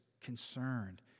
concerned